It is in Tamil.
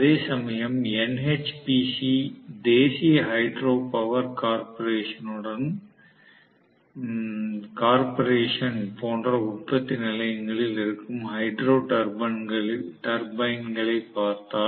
அதேசமயம் NHPC தேசிய ஹைட்ரோ பவர் கார்ப்பரேஷனுடன் போன்ற உற்பத்தி நிலையங்களில் இருக்கும் ஹைட்ரோ டர்பைன்களைப் பார்த்தால்